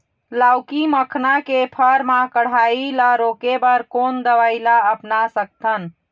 लाउकी मखना के फर मा कढ़ाई ला रोके बर कोन दवई ला अपना सकथन?